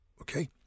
okay